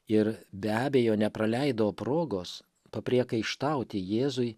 ir be abejo nepraleido progos papriekaištauti jėzui